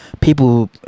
people